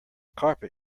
carpet